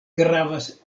gravas